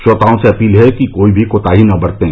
श्रोताओं से अपील है कि कोई भी कोताही न बरतें